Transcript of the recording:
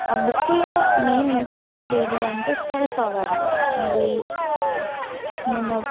ఆ బుక్కులో main important ఏంటిదంటే సెల్ఫ్ అవర్నెస్ మళ్ళీ మన